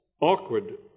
awkward